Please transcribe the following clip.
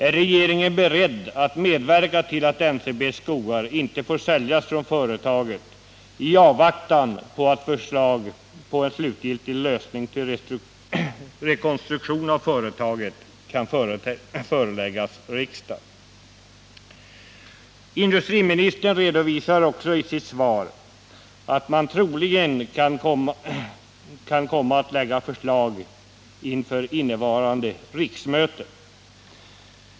Är regeringen beredd att medverka till att NCB:s skogar inte får säljas från företaget i avvaktan på att förslag på en slutgiltig lösning till rekonstruktion av företaget kan föreläggas riksdagen? Industriministern säger också i sitt svar att man troligen kan komma att lägga fram förslag under innevarande riksmöte.